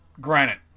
granite